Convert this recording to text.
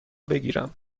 بگیرم